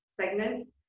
segments